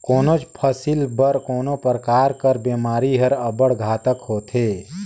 कोनोच फसिल बर कोनो परकार कर बेमारी हर अब्बड़ घातक होथे